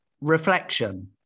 reflection